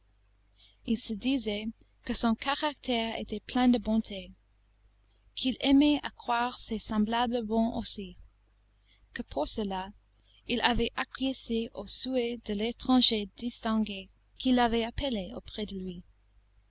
il se disait que son caractère était plein de bonté qu'il aimait à croire ses semblables bons aussi que pour cela il avait acquiescé au souhait de l'étranger distingué qui l'avait appelé auprès de lui